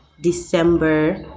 December